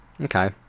Okay